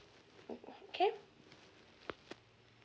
okay